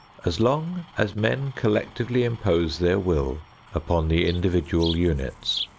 as long as men collectively impose their will upon the individual units,